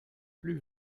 plus